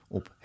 op